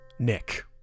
Nick